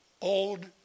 Old